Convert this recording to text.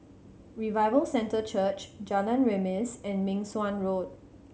Revival Centre Church Jalan Remis and Meng Suan Road